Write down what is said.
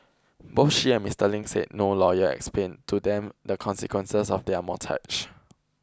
both she and Mister Ling said no lawyer explained to them the consequences of their mortgage